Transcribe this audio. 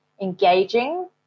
engaging